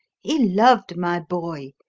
he loved my boy.